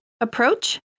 approach